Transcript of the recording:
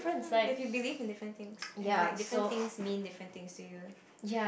like you believe in different things and like different things mean different things to you